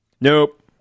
nope